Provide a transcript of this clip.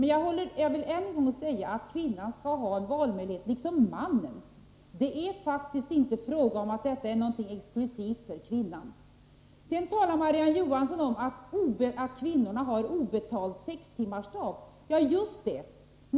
Men jag vill än en gång säga att kvinnan skall ha valmöjlighet liksom mannen. Det är faktiskt inte fråga om att detta är något exlusivt för kvinnan. Marie-Ann Johansson talar om att kvinnorna har obetald sextimmarsdag. Ja, just det!